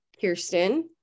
Kirsten